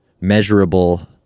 measurable